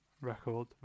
record